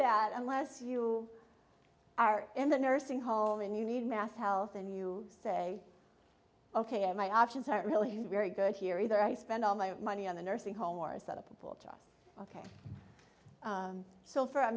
that unless you are in the nursing hall and you need mass health and you say ok oh my options aren't really very good here either i spend all my money on the nursing home or set up a pool just ok so for a